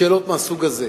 בשאלות מהסוג הזה.